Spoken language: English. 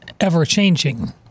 ever-changing